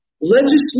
Legislation